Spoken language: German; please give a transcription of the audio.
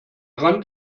rand